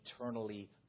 eternally